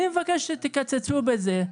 אני מבקש שתקצצו בזה,